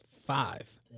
Five